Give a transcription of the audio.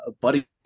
buddy